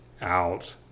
out